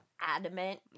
adamant